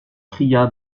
cria